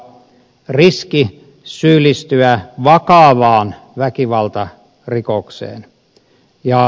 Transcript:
riski syyllistyä vakavaan väkivaltarikokseen